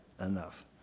enough